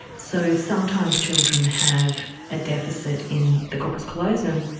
so sometimes children have a deficit in the corpus callosum,